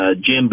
Jim